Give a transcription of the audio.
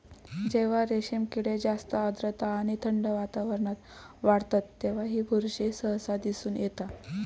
जेव्हा रेशीम किडे जास्त आर्द्रता आणि थंड वातावरणात वाढतत तेव्हा ही बुरशी सहसा दिसून येता